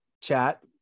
chat